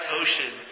ocean